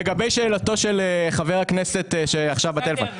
לגבי שאלתו של חבר הכנסת שעכשיו בטלפון.